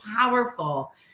powerful